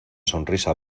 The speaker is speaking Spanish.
sonrisa